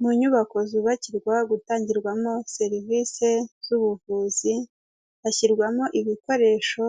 Mu nyubako zubakirwa gutangirwamo serivise z'ubuvuzi, hashyirwamo ibikoresho